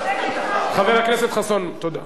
חבר הכנסת חסון, תודה.